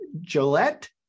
Gillette